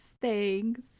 Thanks